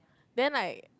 then like